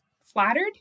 Flattered